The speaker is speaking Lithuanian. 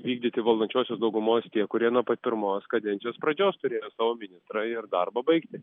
vykdyti valdančiosios daugumos tie kurie nuo pat pirmos kadencijos pradžios turėjo savo ministrą ir darbą baigti